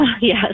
yes